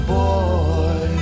boy